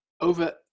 over